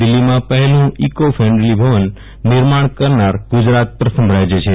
દિલ્ફીમાં પહેલું eco friendly ભવન નિર્માણ કરનાર ગુજરાત પ્રથમ રાજ્ય છે